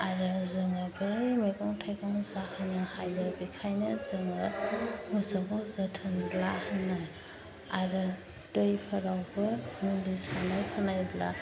आरो जोङो बोरै मैगं थाइगं जाहोनो हायो बेनिखायनो जोङो मोसौखौ जोथोन ला होनो आरो दैफोरावबो मुलि सारनाय खोनायोब्ला